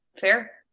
fair